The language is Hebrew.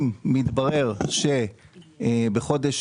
אם מתברר שבחודש